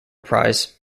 prize